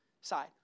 side